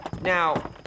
Now